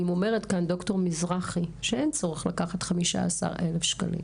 אם אומרת דר' מזרחי שאין צורך לקחת 15,000 שקלים,